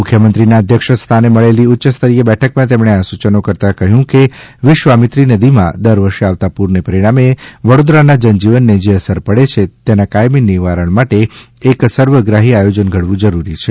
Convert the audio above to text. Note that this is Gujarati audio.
મુખ્યમંત્રીશ્રીના અધ્યક્ષસ્થાને મળેલી ઉચ્યસ્તરીય બેઠકમાં તેમણે આ સૂચનો કરતાં કહ્યું કે વિશ્વામિત્રી નદીમાં દર વર્ષે આવતા પૂરને પરિણામે વડોદરાના જનજીવનને જે અસર પડે છે તેના કાયમી નિવારણ માટે એક સર્વગ્રાહી આયોજન ઘડવું જરૂરી છે